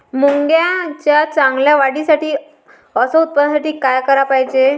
मुंगाच्या चांगल्या वाढीसाठी अस उत्पन्नासाठी का कराच पायजे?